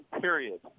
period